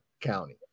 County